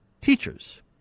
teachers